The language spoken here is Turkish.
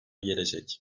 gelecek